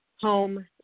home